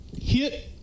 hit